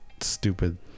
stupid